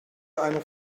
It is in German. eine